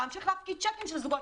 להמשיך להפקיד צ'קים של זוגות.